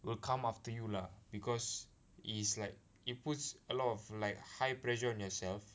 will come after you lah because it is like it puts a lot of like high pressure on yourself